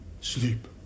sleep